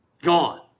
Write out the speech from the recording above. gone